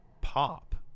pop